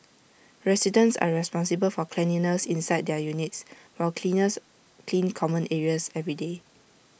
residents are responsible for cleanliness inside their units while cleaners clean common areas every day